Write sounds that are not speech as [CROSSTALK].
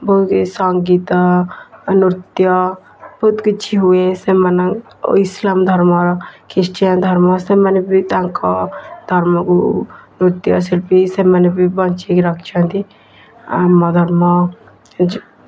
[UNINTELLIGIBLE] ସଙ୍ଗୀତ ନୃତ୍ୟ ବହୁତ କିଛି ହୁଏ ସେମାନଙ୍କ ଇସଲାମ୍ ଧର୍ମ ଖ୍ରୀଷ୍ଟିଆନ ଧର୍ମ ସେମାନେ ବି ତାଙ୍କ ଧର୍ମକୁ ନୃତ୍ୟ ଶିଳ୍ପୀ ସେମାନେ ବି ବଞ୍ଚିକି ରଖିଛନ୍ତି ଆମ ଧର୍ମ ଯେ